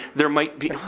there might be,